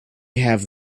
have